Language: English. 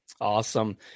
Awesome